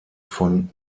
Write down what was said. von